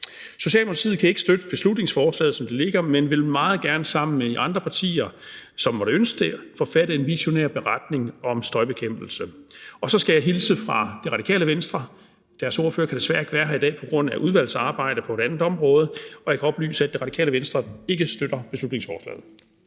Socialdemokratiet kan ikke støtte beslutningsforslaget, som det ligger, men vil meget gerne sammen med de andre partier, som måtte ønske det, forfatte en visionær beretning om støjbekæmpelse. Og så skal jeg hilse fra Det Radikale Venstre og sige, at deres ordfører desværre ikke kan være her i dag på grund af udvalgsarbejde på et andet område, og jeg kan oplyse, at Det Radikale Venstre ikke støtter beslutningsforslaget.